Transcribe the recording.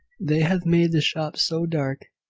they have made the shop so dark.